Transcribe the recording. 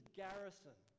garrison